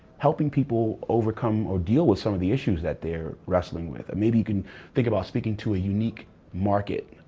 helping people overcome or deal with some of the issues that they're wrestling with and maybe you can think about speaking to a unique market.